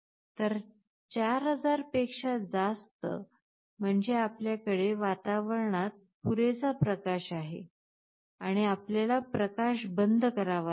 तर 4000 पेक्षा जास्त म्हणजे आपल्याकडे वातावरणात पुरेसा प्रकाश आहे आणि आपल्याला प्रकाश बंद करावा लागेल